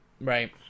Right